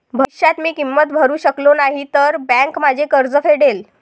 भविष्यात मी किंमत भरू शकलो नाही तर बँक माझे कर्ज फेडेल